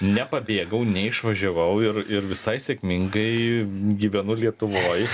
nepabėgau neišvažiavau ir ir visai sėkmingai gyvenu lietuvoj